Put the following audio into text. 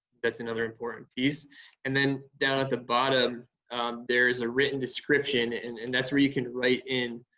that's another important piece and then down at the bottom there is a written description and and that's where you can write in